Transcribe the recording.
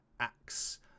Axe